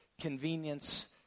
convenience